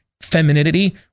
femininity